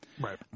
Right